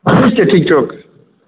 ठीक छै ठीक छै ओ के